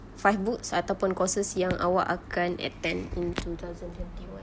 five books and ataupun courses yang awak akan attend in two thousand twenty one